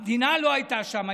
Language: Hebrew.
המדינה לא הייתה שם,